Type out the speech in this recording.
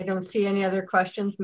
i don't see any other questions